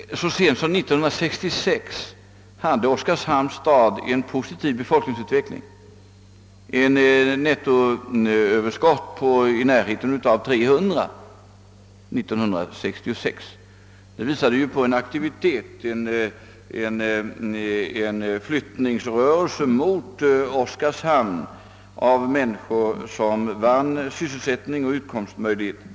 Så sent som 1966 hade Oskarshamns stad en positiv befolkningsutveckling med ett nettoöverskott på nära 300. Det visade ju på en aktivitet, en flyttningsrörelse mot Oskarshamn av människor som fann sysselsättning och utkomstmöjligheter.